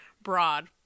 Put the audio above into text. broad